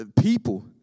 people